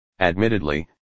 admittedly